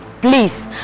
Please